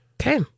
Okay